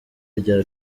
rya